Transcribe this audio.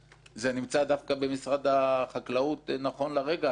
זה נמצא דווקא במשרד החקלאות נכון לרגע הזה,